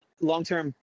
long-term